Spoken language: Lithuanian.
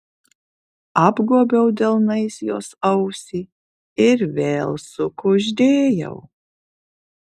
apgobiau delnais jos ausį ir vėl sukuždėjau